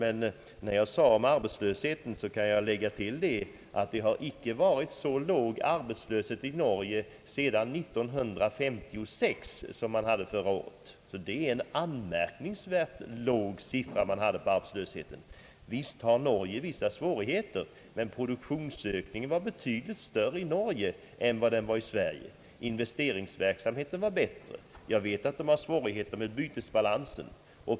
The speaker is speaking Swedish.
Men beträffande arbetslösheten — 23 000 vid årsskiftet — kan jag tillägga att det icke har varit så låg arbetslöshet i Norge sedan 1956 som man hade förra året. Det var en anmärkningsvärt låg siffra för arbetslösheten. Visst har Norge vissa svårigheter, men produktionsökningen var betydligt större i Norge än den var i Sverige. Investeringsverksamheten var bättre. Jag vet att det var svårigheter med = bytesbalansen.